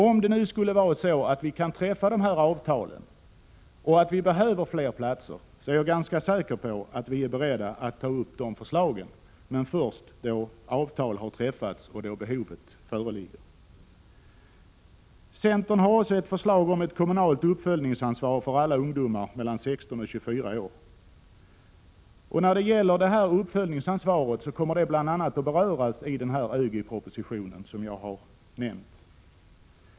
Om det nu skulle visa sig att vi kan träffa dessa avtal och att vi behöver fler platser, så är jag ganska säker på att vi är beredda att ta upp det förslaget — men först då avtal har träffats och behovet föreligger. > Centern har också ett förslag om ett kommunalt uppföljningsansvar för alla ungdomar mellan 16 och 24 år. Detta uppföljningsansvar kommer bl.a. att beröras i den ÖGY-proposition som jag har nämnt.